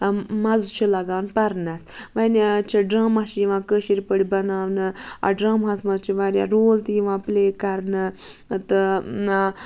مَزٕ چھُ لگان پَرنَس وَنہِ چھِ ڈرٛاما چھِ یِوان کٲشِر پٲٹھۍ بناونہٕ اَتھ ڈرٛاماہَس منٛز چھِ واریاہ رول تہِ یِوان پٕلے کرنہٕ تہٕ